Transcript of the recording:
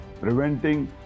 Preventing